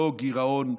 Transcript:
לא גירעון,